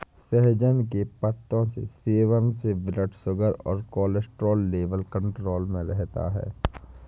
सहजन के पत्तों के सेवन से ब्लड शुगर और कोलेस्ट्रॉल लेवल कंट्रोल में रहता है